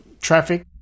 traffic